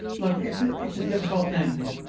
look, it's ah it's a difficult thing.